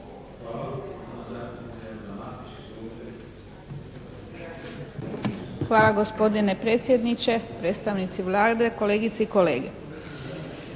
Hvala. Gospodine predsjedniče, predstavnici Vlade, kolegice i kolege!